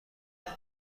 دارد